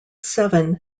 seven